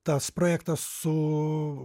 tas projektas su